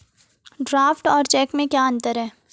Draft और cheque में क्या अंतर है?